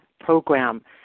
program